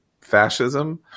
fascism